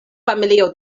familio